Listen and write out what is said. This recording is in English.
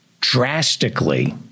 drastically